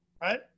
right